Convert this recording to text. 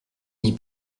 n’y